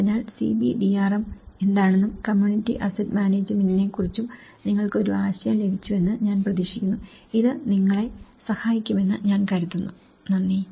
അതിനാൽ CBDRM എന്താണെന്നും community asset മാനേജുമെന്റിനെക്കുറിച്ചും നിങ്ങൾക്ക് ഒരു ആശയം ലഭിച്ചുവെന്ന് ഞാൻ പ്രതീക്ഷിക്കുന്നു ഇത് നിങ്ങളെ സഹായിക്കുമെന്ന് ഞാൻ കരുതുന്നു നന്ദി